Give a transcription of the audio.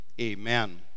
amen